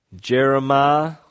Jeremiah